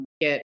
get